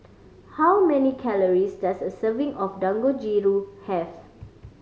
how many calories does a serving of Dangojiru have